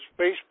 Facebook